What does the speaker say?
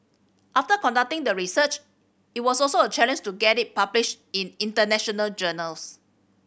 after conducting the research it was also a challenge to get it published in international journals